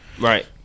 Right